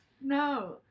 No